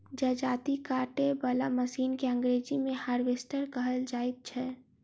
जजाती काटय बला मशीन के अंग्रेजी मे हार्वेस्टर कहल जाइत छै